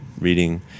reading